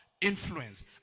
Influence